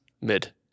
Mid